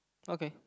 okay